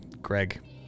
Greg